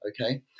okay